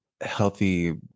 healthy